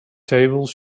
tables